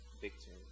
victory